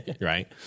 right